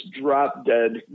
drop-dead